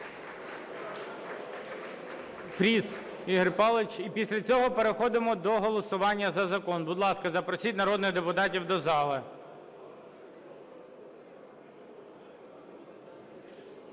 після цього переходимо до голосування за закон. Будь ласка, запросіть народних депутатів до зали.